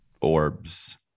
orbs